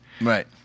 right